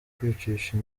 kwicisha